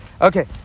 Okay